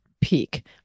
peak